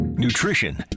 nutrition